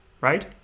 right